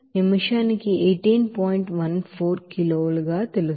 14 కిలోలు తెలుసు